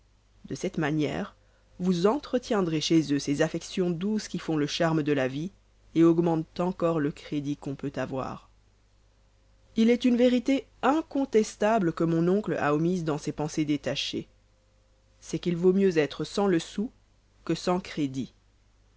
de cette manière vous entretiendrez chez eux ces affections douces qui font le charme de la vie et augmentent encore le crédit qu'on peut avoir il est une vérité incontestable que mon oncle a omise dans ses pensées détachées c'est qu'il vaut mieux être sans le sou que sans crédit